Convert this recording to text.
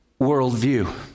worldview